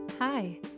Hi